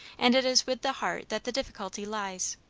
and it is with the heart that the difficulty lies.